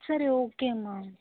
சரி ஓகேம்மா